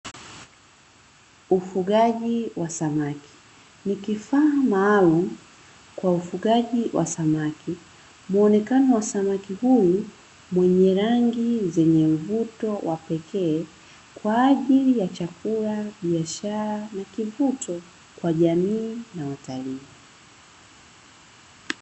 Ufugaji wa samaki, ni kifaa maalumu kwa ufugaji wa samaki muonekano wa samaki huyu mwenye rangi zenye mvuto wa pekee kwa ajili ya chakula, biashara na kivuto kwa jamii na watalii.